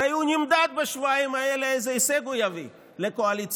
הרי הוא נמדד בשבועיים האלה לפי ההישג שהוא יביא לקואליציה.